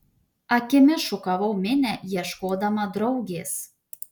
akimis šukavau minią ieškodama draugės